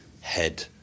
head